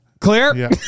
clear